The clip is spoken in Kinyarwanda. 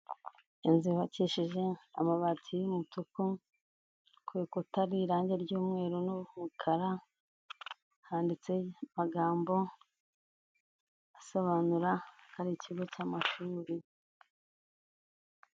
Inzu yubakishije amabati y'umutuku, kurukuta har’irangi ry'umweru n'umukara, handitseho amagambo asobanura ko ari ikigo cy'amashuri.